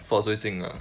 for 最近 loh